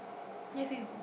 nephew